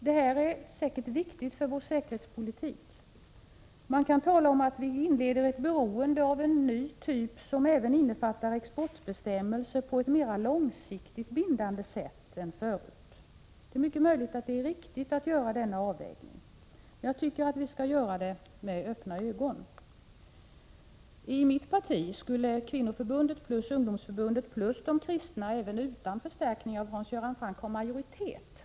Detta är säkert viktigt för vår säkerhetspolitik. Man kan tala om att vi inleder en ny typ av säkerhetspolitik som även innefattar mer långsiktigt bindande exportbestämmelser än förut. Det är mycket möjligt att det är riktigt att göra denna avvägning. Jag tycker vi skall göra det med öppna ögon. I mitt parti skulle kvinnoförbundet plus ungdomsförbundet plus de kristna — även utan förstärkning av Hans Göran Franck — ha majoritet.